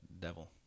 devil